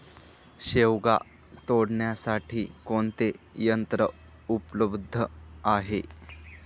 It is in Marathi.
शेवगा तोडण्यासाठी कोणते यंत्र उपलब्ध आहे?